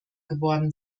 geworden